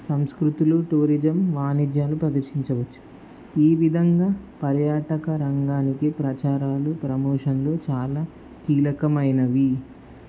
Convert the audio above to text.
సంస్కృతులు టూరిజం వాణిజ్యాలు ప్రదర్శించవచ్చు ఈ విధంగా పర్యాటక రంగానికి ప్రచారాలు ప్రమోషన్లు చాలా కీలకమైనవి